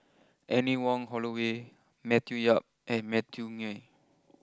Anne Wong Holloway Matthew Yap and Matthew Ngui